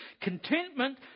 Contentment